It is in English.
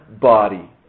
body